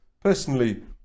Personally